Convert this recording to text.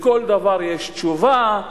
לכל דבר יש תשובה,